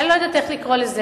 אני לא יודעת איך לקרוא לזה,